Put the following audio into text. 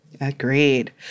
Agreed